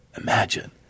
Imagine